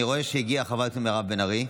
אני רואה שהגיעה חברת הכנסת מירב בן ארי.